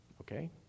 Okay